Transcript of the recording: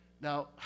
now